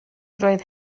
roedd